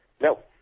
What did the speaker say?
No